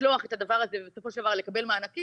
לצלוח את הדבר הזה ובסופו של דבר לקבל מענקים,